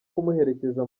kumuherekeza